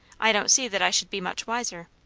i don't see that i should be much wiser.